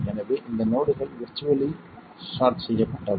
எனவே இந்த நோடுகள் விர்ச்சுவல்லி செய்யப்பட்டவை